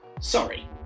Sorry